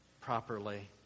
properly